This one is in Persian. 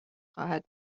خواهد